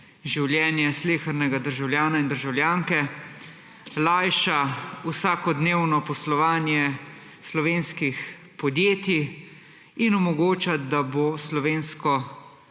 življenje slehernega državljana in državljanke, lajša vsakodnevno poslovanje slovenskih podjetij in omogoča, da bo slovensko